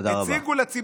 תודה רבה.